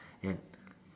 and